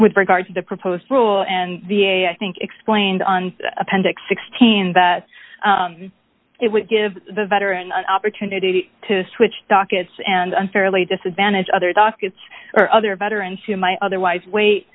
with regard to the proposed rule and the a i think explained on appendix sixteen that it would give the veteran an opportunity to switch dockets and unfairly disadvantage other dockets or other veterans who might otherwise wait